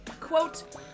quote